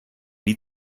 die